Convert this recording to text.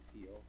feel